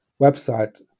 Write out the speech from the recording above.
website